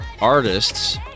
artists